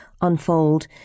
unfold